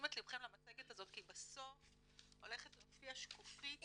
תשומת לבכם למצגת הזאת כי בסוף הולכת להופיע שקופית